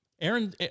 Aaron